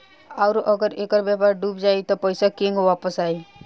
आउरु अगर ऐकर व्यापार डूब जाई त पइसा केंग वापस आई